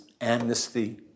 Amnesty